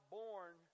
born